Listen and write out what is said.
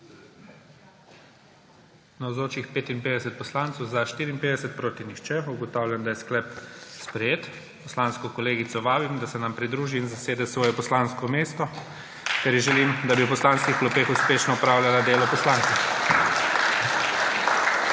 nihče. (Za je glasovalo 54.) (Proti nihče.) Ugotavljam, da je sklep sprejet. Poslansko kolegico vabim, da se nam pridruži in zasede svoje poslansko mesto, ter ji želim, da bi v poslanskih klopeh uspešno opravljala delo poslanke.